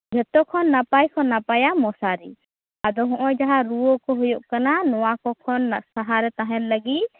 ᱡᱷᱚᱛᱚ ᱠᱷᱚᱱ ᱱᱟᱯᱟᱭ ᱠᱷᱚᱱ ᱱᱟᱯᱟᱭᱟ ᱢᱚᱥᱟᱮᱨᱤ ᱟᱫᱚ ᱦᱚᱸᱜ ᱚᱭ ᱡᱟᱦᱟᱸ ᱨᱩᱣᱟᱹ ᱠᱚ ᱦᱩᱭᱩᱜ ᱠᱟᱱᱟ ᱱᱚᱣᱟ ᱠᱚ ᱠᱷᱚᱱ ᱥᱟᱦᱟᱨᱮ ᱛᱟᱦᱮᱸᱱ ᱞᱟᱜᱤᱜ